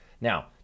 now